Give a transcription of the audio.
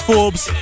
Forbes